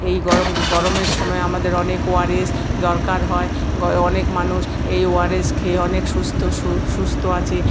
এই গরম গরমের সময় আমাদের অনেক ও আর এস দরকার হয় গ অনেক মানুষ এই ও আর এস খেয়ে অনেক সুস্থ সু সুস্থ আছে